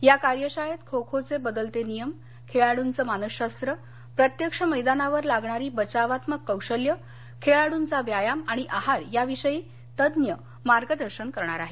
या कार्यशाळेत खोखोचे बदलते नियम खेळाडुंचं मानसशास्त्र प्रत्यक्ष मैदानावर लागणारी बचावात्मक कौशल्य खेळाड्रचा व्यायाम आणि आहार याविषयी तज्ज्ञ मार्गदर्शन करणार आहेत